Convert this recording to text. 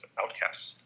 outcasts